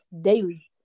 daily